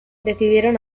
decidieron